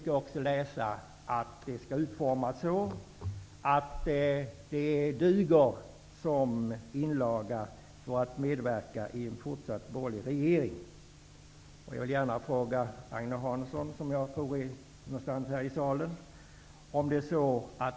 Jag läste att det hade utformats så att det duger som inlaga för att Centern skall kunna medverka i en fortsatt borgerlig regering.